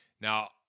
Now